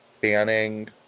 banning